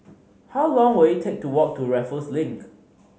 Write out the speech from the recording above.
how long will it take to walk to Raffles Link